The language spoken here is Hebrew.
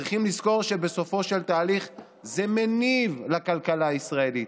צריכים לזכור שבסופו של תהליך זה מניב לכלכלה הישראלית,